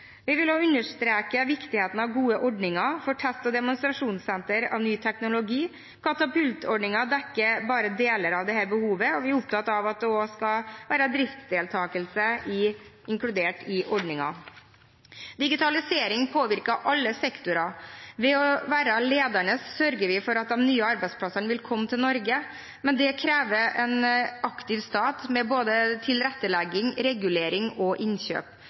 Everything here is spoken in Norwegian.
Vi vil også understreke viktigheten av gode ordninger for et test- og demonstrasjonssenter av ny teknologi. Katapultordninger dekker bare deler av dette behovet, og vi er opptatt av at det også skal være driftsdeltakelse inkludert i ordningen. Digitalisering påvirker alle sektorer. Ved å være ledende sørger vi for at de nye arbeidsplassene vil komme til Norge, men det krever en aktiv stat når det gjelder både tilrettelegging, regulering og innkjøp.